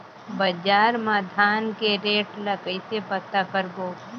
बजार मा धान के रेट ला कइसे पता करबो?